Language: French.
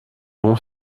ont